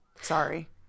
Sorry